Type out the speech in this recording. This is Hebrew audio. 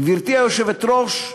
גברתי היושבת-ראש,